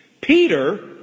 Peter